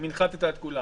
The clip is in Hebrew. אם הנחתת את כולם,